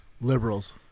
Liberals